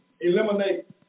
Eliminate